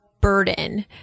burden